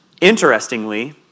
Interestingly